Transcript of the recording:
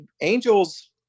angels